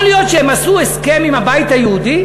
יכול להיות שהם עשו הסכם עם הבית היהודי?